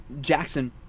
Jackson